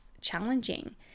challenging